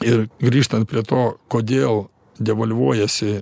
ir grįžtant prie to kodėl devalvuojasi